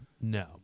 no